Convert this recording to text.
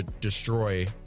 destroy